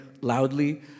loudly